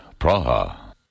Praha